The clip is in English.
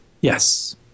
Yes